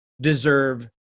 deserve